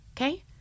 okay